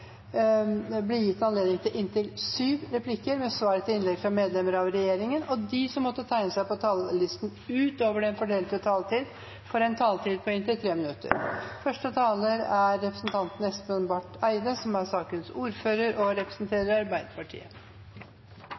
gitt anledning til inntil syv replikker med svar etter innlegg fra medlemmer av regjeringen, og de som måtte tegne seg på talerlisten utover den fordelte taletid, får også en taletid på inntil 3 minutter. Jeg vil starte med å takke komiteen for samarbeidet i denne saken og